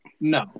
No